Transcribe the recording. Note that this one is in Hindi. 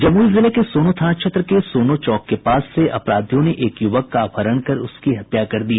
जमुई जिले के सोनो थाना क्षेत्र के सोनो चौक के पास से अपराधियों ने एक युवक का अपहरण कर उसकी हत्या कर दी